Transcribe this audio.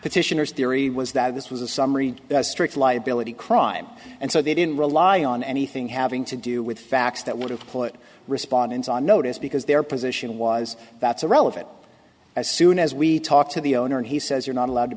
petitioners theory was that this was a summary a strict liability crime and so they didn't rely on anything having to do with facts that would have put respondents on notice because their position was that's irrelevant as soon as we talk to the owner and he says you're not allowed to